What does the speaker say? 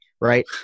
Right